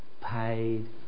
Paid